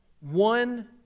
one